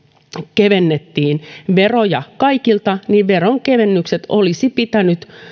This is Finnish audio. kevennettiin veroja kaikilta veronkevennykset olisi pitänyt